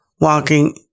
walking